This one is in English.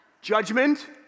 Judgment